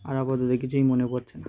আর আপতত কিছুই মনে পড়ছে না